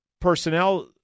personnel